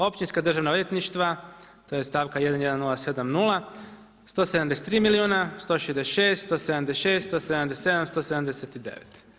Općinska državna odvjetništva to je stavka 11070 173 milijuna, 166, 176, 177, 179.